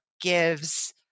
gives